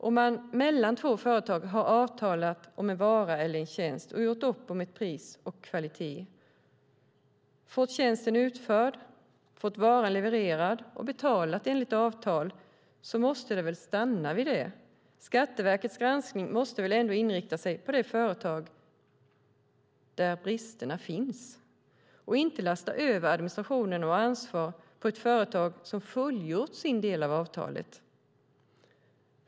Om man mellan två företag har avtalat om en vara eller tjänst, gjort upp om pris och kvalitet, fått tjänsten utförd och varan levererad och betalat enligt avtal måste det väl få stanna vid det. Skatteverkets granskning måste väl ändå inriktas på det företag där bristerna finns och inte lasta över administration och ansvar på ett företag som fullgjort sin del av avtalet.